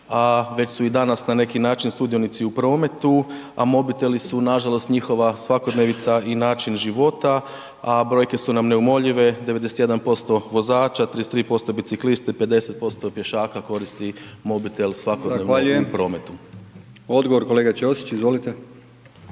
već su i danas na neki način sudionici u prometu, a mobiteli su nažalost, njihova svakodnevnica i način života, a brojke su nam neumoljive, 91% vozača, 33% biciklista i 50% pješaka koristi mobitel svakodnevno u prometu. **Brkić, Milijan